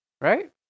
Right